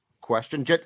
question